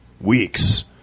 weeks